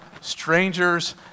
strangers